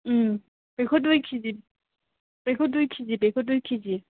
बेखौ दुइ केजि बेखौ दुइ केजि बेखौ दुइ केजि